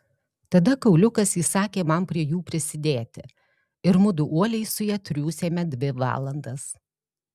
tada kauliukas įsakė man prie jų prisidėti ir mudu uoliai su ja triūsėme dvi valandas